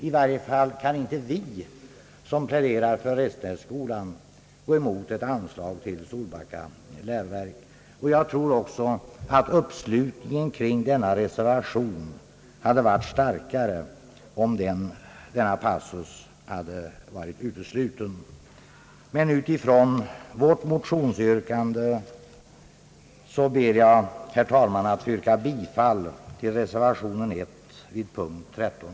I varje fall kan inte vi, som yrkar statsbidrag ur förevarande anslag till Restenässkolan, gå emot ett anslag till Sol backa läroverk. Jag tror också att uppslutningen kring denna reservation hade varit större om denna passus uteslutits. Utifrån vårt motionsyrkande ber jag, herr talman, att få yrka bifall till reservation 1 vid punkten 13.